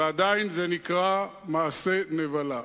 ועדיין זה נקרא מעשה נבלה.